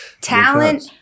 Talent